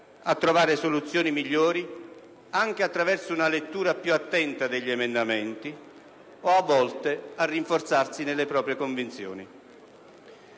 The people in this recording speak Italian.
a trovare soluzioni migliori, anche attraverso una lettura più attenta degli emendamenti, o a volte a rinforzarsi nelle proprie convinzioni.